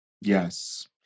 Yes